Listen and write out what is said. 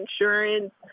insurance